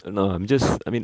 no I'm just I mean